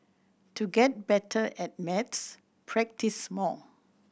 to get better at maths practise more